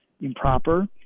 improper